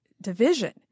division